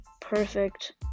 perfect